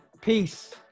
Peace